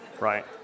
right